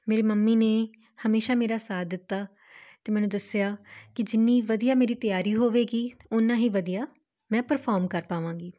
ਮੇਰੇ ਮੰਮੀ ਨੇ ਹਮੇਸ਼ਾਂ ਮੇਰਾ ਸਾਥ ਦਿੱਤਾ ਅਤੇ ਮੈਨੂੰ ਦੱਸਿਆ ਕਿ ਜਿੰਨੀ ਵਧੀਆ ਮੇਰੀ ਤਿਆਰੀ ਹੋਵੇਗੀ ਉੰਨਾ ਹੀ ਵਧੀਆ ਮੈਂ ਪਰਫੋਰਮ ਕਰ ਪਾਵਾਂਗੀ